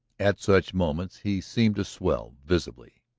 at such moments he seemed to swell visibly.